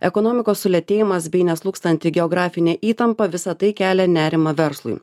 ekonomikos sulėtėjimas bei neslūgstanti geografinė įtampa visa tai kelia nerimą verslui